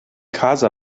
kaze